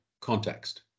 context